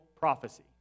prophecy